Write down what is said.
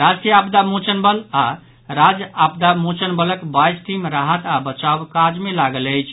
राष्ट्रीय आपदा मोचन बल आओर राज्य अपदा मोचन बलक बाईस टीम राहत और बचाव काज मे लागल अछि